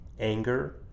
anger